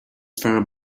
farm